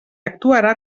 actuarà